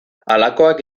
halakoak